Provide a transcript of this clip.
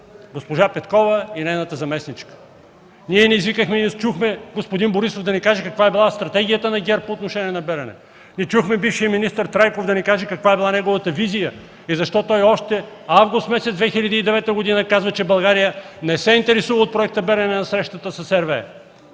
госпожа Петкова и нейната заместничка. Ние не извикахме и не чухме господин Борисов да ни каже каква е била стратегията на ГЕРБ по отношение на „Белене”. Не чухме бившия министър Трайков да ни каже каква е била неговата визия и защо още през месец август 2009 г. казва, че България не се интересува от проекта „Белене” на срещата с RWE.